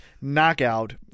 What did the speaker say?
Knockout